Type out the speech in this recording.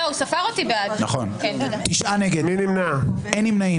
הצבעה לא אושרו.